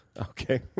Okay